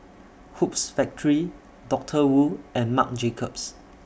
Hoops Factory Doctor Wu and Marc Jacobs